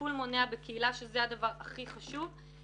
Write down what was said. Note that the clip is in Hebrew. בטיפול מונע בקהילה, שזה הדבר הכי חשוב?